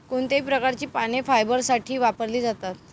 कोणत्या प्रकारची पाने फायबरसाठी वापरली जातात?